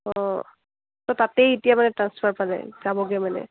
অঁ ত' তাতেই এতিয়া মানে ট্ৰাঞ্চসফাৰ পালে যাবগৈ মানে